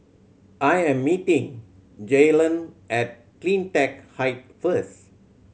I am meeting Jaylan at Cleantech Height first